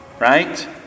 right